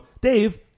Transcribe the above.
Dave